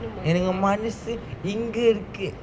எனக்கு மனசு இங்க இருக்கு:enakku manasu inga irukku